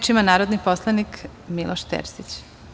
Reč ima narodni poslanik Miloš Terzić.